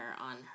on